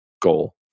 goal